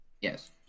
Yes